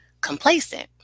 complacent